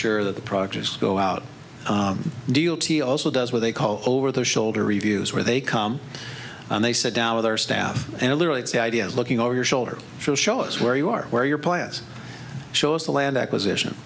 sure that the projects go out deal t also does what they call over their shoulder reviews where they come and they sit down with their staff and literally it's the idea looking over your shoulder to show us where you are where your plan is show us the land acquisition